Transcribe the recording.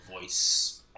voice